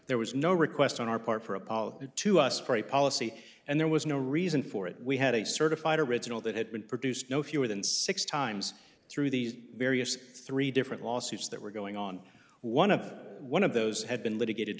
there was no request on our part for apollo it to us for a policy and there was no reason for it we had a certified original that had been produced no fewer than six times through these various three different lawsuits that were going on one of one of those had been litigated